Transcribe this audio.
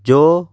ਜੋ